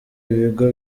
ibigo